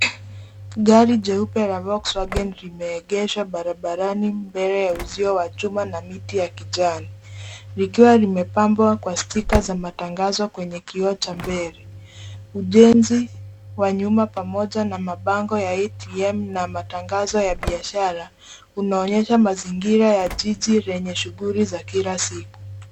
Gari jeupe la VolksWagen limeegeshwa barabarani mbele ya uzio wa chuma na miti ya kijani, likiwa limepambwa kwa stika za matangazo kwenye kioo cha mbele. Ujenzi wa nyumba pamoja na mabango ya ATM na matangazo ya biashara unaonyesha mazingira ya jiji lenye shughuli za kila siku.